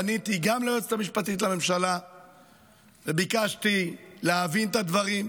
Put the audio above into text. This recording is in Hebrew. פניתי ליועצת המשפטית לממשלה וביקשתי להבין את הדברים,